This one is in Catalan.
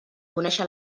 conèixer